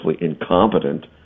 incompetent